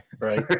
Right